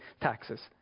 taxes